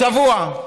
צבוע.